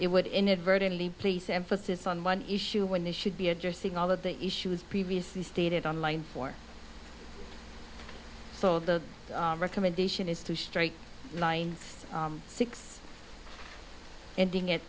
it would inadvertently place emphasis on one issue when they should be addressing all of the issues previously stated on line four so the recommendation is two straight lines six ending at